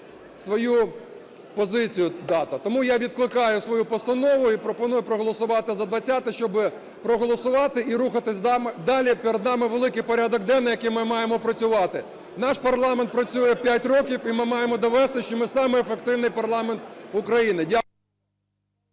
свою позицію, дата. Тому я відкликаю свою постанову і пропоную проголосувати за 20-е, щоб проголосувати і рухатись далі. Перед нами великий порядок денний, який ми маємо опрацювати. Наш парламент працює 5 років, і ми маємо довести, що ми самий ефективний парламент України. Дякую.